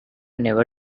never